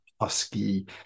husky